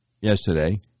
yesterday